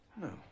No